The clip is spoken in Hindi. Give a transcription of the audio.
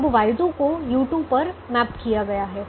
अब Y2 को u2 पर मैप किया गया है